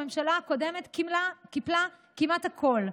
הממשלה הקודמת קיפלה כמעט הכול,